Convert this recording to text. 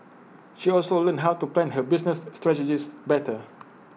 she also learned how to plan her business strategies better